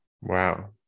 Wow